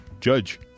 judge